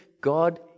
God